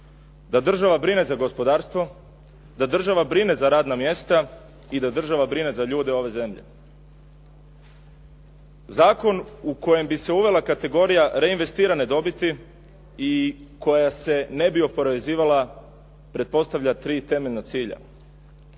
Da država brine za gospodarstvo, da država brine za radna mjesta i da država brine za ljude u ovoj zemlji. Zakon u kojem bi se uvela kategorija reinvestirane dobiti i koja se ne bi oporezivala, pretpostavlja tri temeljna cilja.